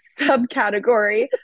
subcategory